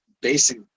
basic